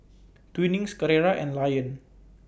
Twinings Carrera and Lion